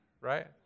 Right